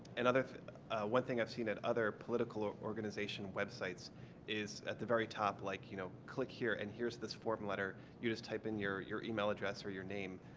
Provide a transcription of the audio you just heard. and other one thing i've seen at other political organization websites is at the very top like, you know, click here, and here's this form of letter. you just type in your your email address or your name.